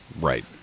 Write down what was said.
Right